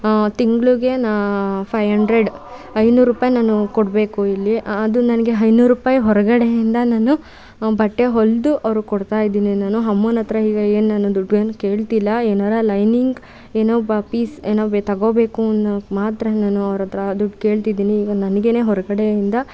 ತಿಂಗಳಿಗೆ ನಾ five hundred ಐನೂರು ರೂಪಾಯಿ ನಾನು ಕೊಡಬೇಕು ಇಲ್ಲಿ ಅದು ನನಗೆ ಐನೂರು ರೂಪಾಯಿ ಹೊರಗಡೆಯಿಂದ ನಾನು ಬಟ್ಟೆ ಹೊಲಿದು ಅವ್ರಿಗೆ ಕೊಡ್ತಾ ಇದ್ದೀನಿ ನಾನು ಅಮ್ಮನ ಹತ್ರ ಈಗ ಏನು ನಾನು ದುಡ್ಡೇನು ಕೇಳ್ತಿಲ್ಲ ಏನಾದ್ರು ಲೈನಿಂಗ್ ಏನು ಬ ಪೀಸ್ ಏನು ತಗೊಬೇಕು ಅನ್ನೊಕ್ಕೆ ಮಾತ್ರ ನಾನು ಅವ್ರ ಹತ್ರ ದುಡ್ಡು ಕೇಳ್ತಿದ್ದೀನಿ ಈಗ ನನಗೇನೇ ಹೊರಗಡೆಯಿಂದ